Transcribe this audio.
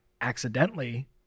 accidentally